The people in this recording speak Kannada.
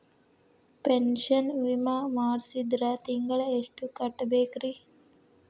ಪೆನ್ಶನ್ ವಿಮಾ ಮಾಡ್ಸಿದ್ರ ತಿಂಗಳ ಎಷ್ಟು ಕಟ್ಬೇಕ್ರಿ?